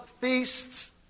feasts